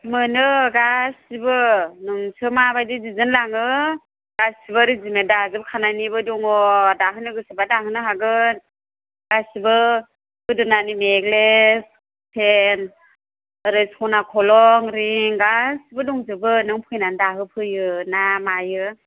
मोनो गासिबो नोंसो माबायदि डिजाइन लाङो गासिबो रिडिमेड दाजोबखानायनिबो दं दाहोनो गोसोबा दाहोनो हागोन गासिबो गोदोनानि नेक्लेज चेइन ओरै स'ना खलम रिं गासिबो दंजोबो नों फैनानै दाहो फैयो ना मायो